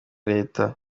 leta